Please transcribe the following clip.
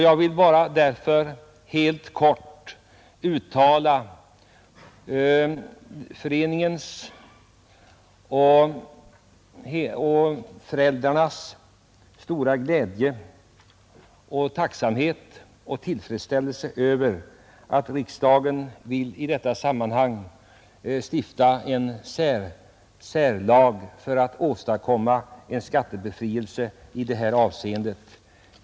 Jag vill därför bara helt kort uttala föreningens och föräldrarnas stora glädje, tacksamhet och tillfredsställelse över att riksdagen i detta sammanhang vill stifta en särlag för att åstadkomma en skattebefrielse i det här avseendet.